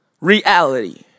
reality